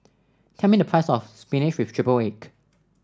tell me the price of spinach with triple egg